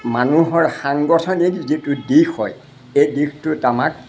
মানুহৰ সাংগঠনিক যিটো দিশ হয় এই দিশটোত আমাক